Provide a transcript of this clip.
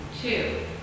Two